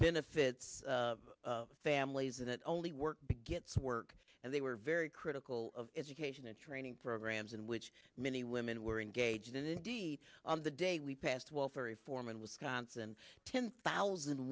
benefits families that only work big it's work and they were very critical of education and training programs in which many women were engaged and indeed on the day we passed welfare reform in wisconsin ten thousand